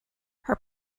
her